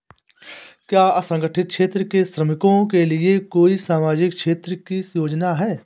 क्या असंगठित क्षेत्र के श्रमिकों के लिए कोई सामाजिक क्षेत्र की योजना है?